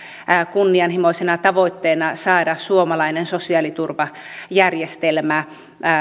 kunnianhimoisena tavoitteena saada suomalainen sosiaaliturvajärjestelmä